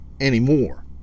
anymore